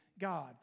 God